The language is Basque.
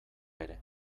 ere